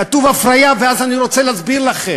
כתוב הפריה, ואז אני רוצה להסביר לכם: